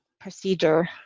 procedure